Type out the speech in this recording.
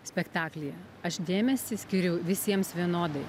spektaklyje aš dėmesį skiriu visiems vienodai